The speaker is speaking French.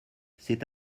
c’est